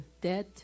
dead